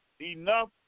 enough